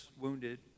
wounded